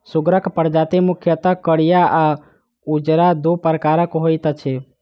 सुगरक प्रजाति मुख्यतः करिया आ उजरा, दू प्रकारक होइत अछि